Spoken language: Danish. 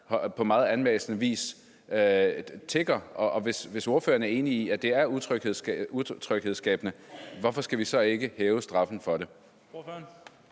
tiggerispørgsmålet – vis tigger. Hvis ordføreren er enig i, at det er utryghedsskabende, hvorfor skal vi så ikke hæve straffen for det?